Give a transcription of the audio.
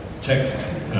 text